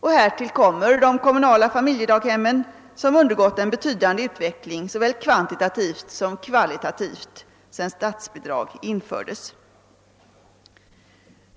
Härtill kommer de kommunala familjedaghemmen som undergått en betydande utveckling såväl kvantitativt som kvalitativt sedan statsbidrag infördes.